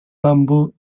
bamboo